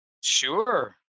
Sure